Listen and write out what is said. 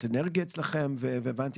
ברוך הבא,